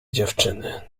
dziewczyny